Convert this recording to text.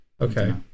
Okay